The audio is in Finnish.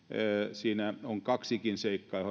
siinä on kaksikin seikkaa